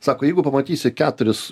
sako jeigu pamatysi keturis